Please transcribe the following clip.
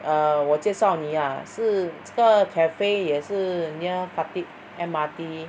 err 我介绍你 lah 是这个 cafe 也是 near Khatib mrt